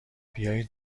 بیایید